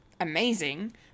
amazing